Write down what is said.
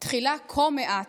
תחילה כה מעט,